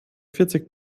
vierzig